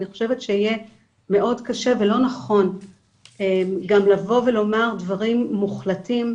אני חושבת שיהיה מאוד קשה ולא נכון גם לבוא ולומר דברים מוחלטים,